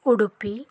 Udupi